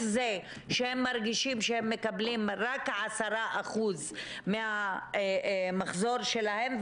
זה שהם מרגישים שהם מקבלים רק 10% מהמחזור שלהם.